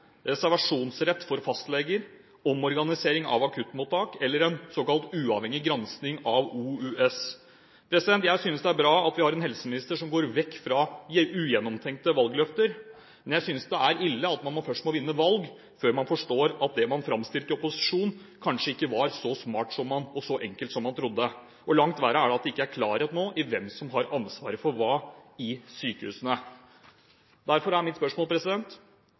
reservasjonsrett for fastleger, omorganisering av akuttmottak og en såkalt uavhengig granskning av OUS, Oslo universitetssykehus. Jeg synes det er bra at vi har en helseminister som går vekk fra ugjennomtenkte valgløfter, men jeg synes det er ille at man først må vinne valg før man forstår at det man framstilte i opposisjon, kanskje ikke var så smart og så enkelt som man trodde. Langt verre er det at det nå ikke er klarhet i hvem som har ansvaret for hva i sykehusene. Derfor er mitt spørsmål: